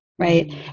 right